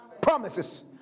promises